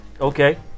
Okay